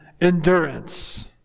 endurance